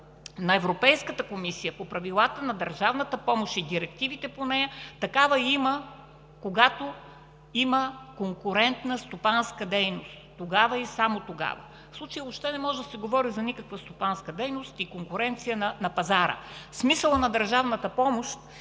на Европейската комисия, по правилата на държавната помощ и директивите по нея, такава има, когато има конкурентна стопанска дейност – тогава и само тогава! В случая въобще не може да се говори за никаква стопанска дейност и конкуренция на пазара. Смисълът на държавната помощ и